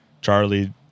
charlie